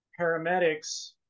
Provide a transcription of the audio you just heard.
paramedics